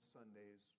Sundays